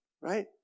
right